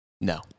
No